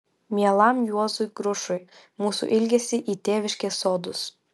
mielam juozui grušui mūsų ilgesį į tėviškės sodus